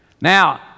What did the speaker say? Now